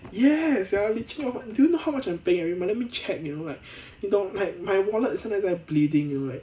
yes you're leeching off do you know how much I'm paying every month let me check you know like 你懂 like my wallet 现在在 bleeding you know like